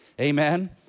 Amen